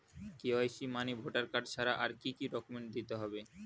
KYC মানে voter card ছাড়া আর কি কি ডকুমেন্ট দিতে হবে?